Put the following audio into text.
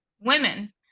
women